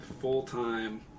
full-time